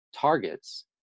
targets